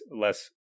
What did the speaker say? less